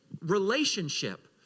relationship